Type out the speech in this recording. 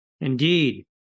Indeed